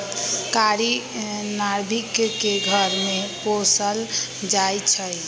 कारी नार्भिक के घर में पोशाल जाइ छइ